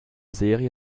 serie